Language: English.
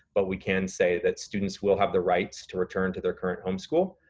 but we can say that students will have the rights to return to their current homeschool.